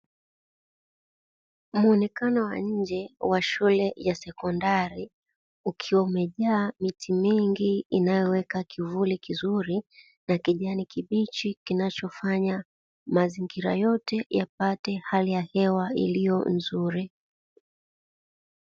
Muonekano wa nje wa shule ya sekondari ukiwa umejaa miti mingi inayoweka kivuli kizuri na kijani kibichi kinachofanya mazingira yote yapate hali ya hewa iliyo nzuri.